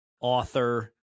author